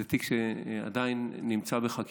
זה תיק שעדיין נמצא בחקירה.